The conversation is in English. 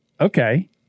okay